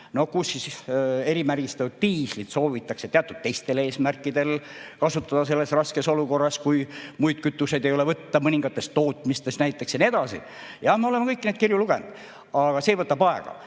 et erimärgistatud diislit soovitakse teatud teistel eesmärkidel kasutada selles raskes olukorras, kui muid kütuseid ei ole võtta, mõningatest tootmistest näiteks ja nii edasi – jah, me oleme kõiki neid kirju lugenud, aga see võtab aega.